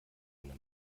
eine